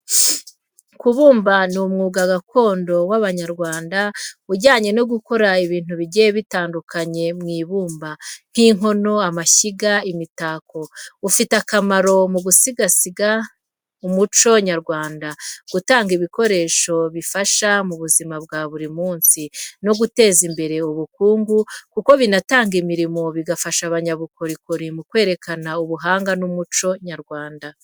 Kubumba ni umwuga gakondo w’Abanyarwanda ujyanye no gukora ibintu bigiye bitandukanye mu ibumba, nk’inkono, amashyiga, n’imitako. Ufite akamaro mu gusigasira umuco nyarwanda, gutanga ibikoresho bifasha mu buzima bwa buri munsi, no guteza imbere ubukungu kuko binatanga imirimo, bigafasha abanyabukorikori mu kwerekana ubuhanga n’umuco nyarwanda.